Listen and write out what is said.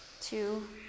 Two